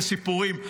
זה סיפורים.